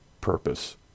purpose